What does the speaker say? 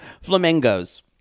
Flamingos